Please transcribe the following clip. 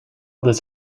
this